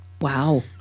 Wow